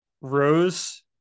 rose